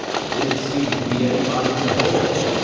there didn't seem to be anybody to home.